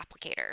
applicator